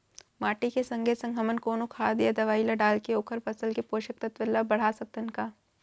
माटी के संगे संग हमन कोनो खाद या दवई ल डालके ओखर फसल के पोषकतत्त्व ल बढ़ा सकथन का?